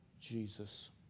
Jesus